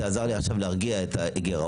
זה עזר לי עכשיו להרגיע את הגרעון,